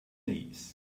knees